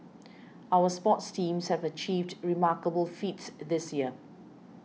our sports teams have achieved remarkable feats this year